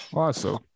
awesome